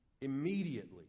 Immediately